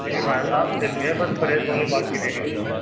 جی جی بھائی صاحب سل گئے ہیں بس پریس ہونی باقی رہ گئی ہے ان پر